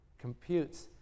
computes